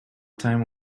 time